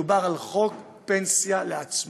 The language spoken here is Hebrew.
מדובר על חוק פנסיה לעצמאים,